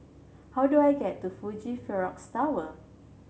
how do I get to Fuji Xerox Tower